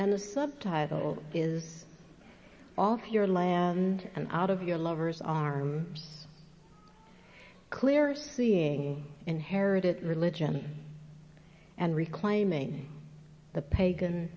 and the subtitle is off your land and out of your lovers are clear seeing inherited religion and reclaiming the pagan